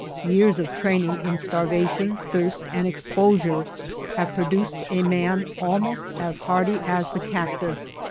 years of training in starvation, thirst and exposure have produced a man almost as hardy as the cactus,